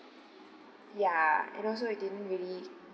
ya and also it didn't really